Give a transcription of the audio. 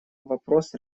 вопрос